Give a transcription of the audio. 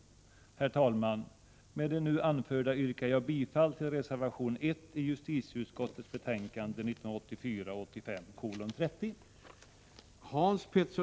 Herr talman! Med det anförda yrkar jag bifall till reservation 1 i justitieutskottets betänkande 1984/85:30.